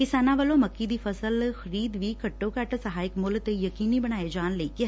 ਕਿਸਾਨਾਂ ਵੱਲੋ ਮੱਕੀ ਦੀ ਫਸਲ ਖਰੀਦ ਵੀ ਘੱਟੋਂ ਘੱਟ ਸਹਾਇਕ ਮੁੱਲ ਤੇ ਯਕੀਨੀ ਬਣਾਏ ਜਾਣ ਲਈ ਕਿਹਾ